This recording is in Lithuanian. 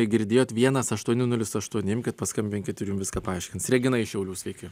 girdėjot vienas aštuoni nulis aštuoni imkit paskambinkit ir jum viską paaiškins regina į šių sveiki